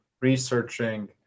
researching